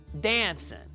dancing